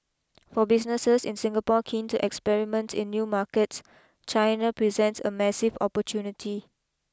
for businesses in Singapore keen to experiment in new markets China presents a massive opportunity